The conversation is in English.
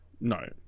No